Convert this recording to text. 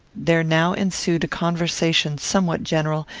there now ensued a conversation somewhat general,